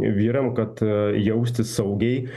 vyram kad jaustis saugiai